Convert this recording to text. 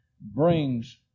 brings